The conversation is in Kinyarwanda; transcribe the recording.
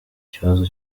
ikibazo